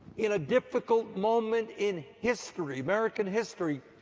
in a difficult moment in history, american history,